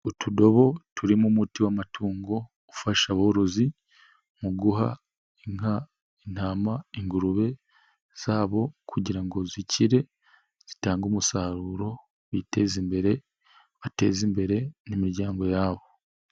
Utudobo turimo umuti w'amatungo, ufasha aborozi mu guha inka, intama, ingurube zabo kugira ngo zikire, zitange umusaruro biteza imbere, bateze imbere n'imiryango yabo.